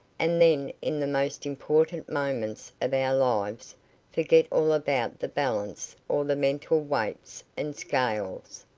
and then in the most important moments of our lives forget all about the balance or the mental weights and scales,